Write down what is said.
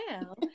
now